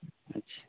ᱟᱪᱪᱷᱟ